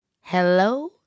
Hello